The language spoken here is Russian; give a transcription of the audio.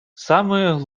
самое